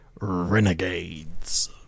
Renegades